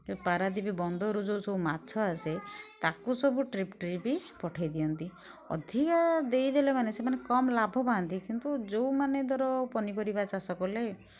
ପାରାଦ୍ୱୀପ ବନ୍ଦରରୁ ଯେଉଁ ସବୁ ମାଛ ଆସେ ତାକୁ ସବୁ ଟ୍ରିପ୍ ଟ୍ରିପ୍ ପଠେଇ ଦିଅନ୍ତି ଅଧିକା ଦେଇଦେଲା ମାନେ ସେମାନେ କମ୍ ଲାଭ ପାଆନ୍ତି କିନ୍ତୁ ଯେଉଁମାନେ ଧର ପନିପରିବା ଚାଷ କଲେ